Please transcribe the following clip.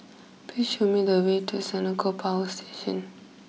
please show me the way to Senoko Power Station